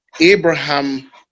abraham